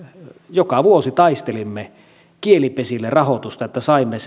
joka vuosi taistelimme kielipesille rahoitusta että saimme